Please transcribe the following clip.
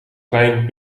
klein